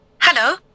Hello